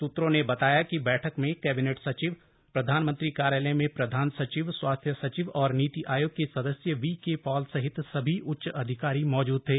सूत्रों ने बताया कि बैठक में कैबिनेट सचिव प्रधानमंत्री कार्यालय में प्रधान सचिव स्वास्थ्य सचिव और नीति आयोग के सदस्य वीकेपॉल सहित सभी उच्च अधिकारी मौजूद थे